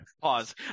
pause